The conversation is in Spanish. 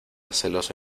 celoso